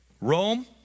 Rome